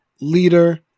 leader